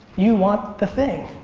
you want the thing.